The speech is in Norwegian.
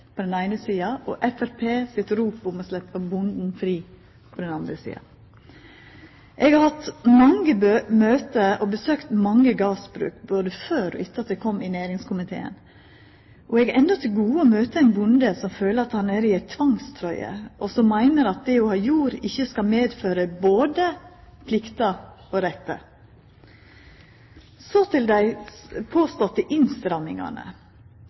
på den andre sida Framstegspartiet med sitt rop om å sleppa bonden fri. Eg har hatt mange møte og besøkt mange gardsbruk både før og etter at eg kom i næringskomiteen, og eg har enno til gode å møta ein bonde som føler at han er i ei tvangstrøye, og som meiner at det å ha jord, ikkje skal medføra både plikter og rettar. Så til dei påståtte innstrammingane.